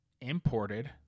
imported